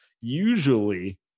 Usually